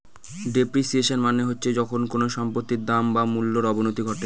depreciation মানে হচ্ছে যখন কোনো সম্পত্তির দাম বা মূল্যর অবনতি ঘটে